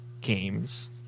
games